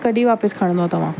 कॾहिं वापसि खणंदो तव्हां